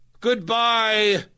goodbye